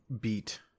beat